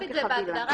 על חבילה.